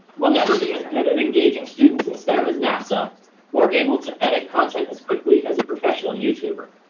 we'll never be as good at engaging students in stem as nasa or able to edit content as quickly as a professional youtuber.